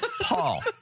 Paul